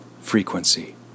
frequency